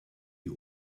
wie